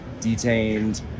detained